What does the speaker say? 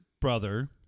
brother